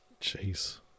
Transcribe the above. Jeez